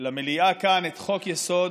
למליאה כאן את חוק-יסוד: